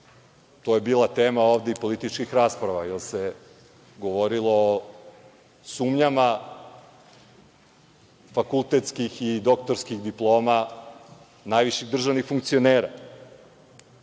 to je bila tema ovde i političkih rasprava, jer se govorilo o sumnjama fakultetskih i doktorskih diploma najviših državnih funkcionera. Imamo